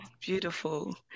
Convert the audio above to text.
Beautiful